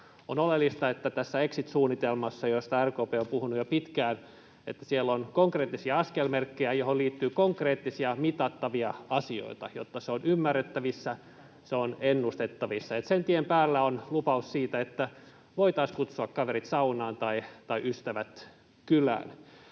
On oleellista, että tässä exit-suunnitelmassa, josta RKP on puhunut jo pitkään, on konkreettisia askelmerkkejä ja siihen liittyy konkreettisia, mitattavia asioita, jotta se on ymmärrettävissä, se on ennustettavissa, niin että sen tien päässä on lupaus siitä, että voitaisiin kutsua kaverit saunaan tai ystävät kylään.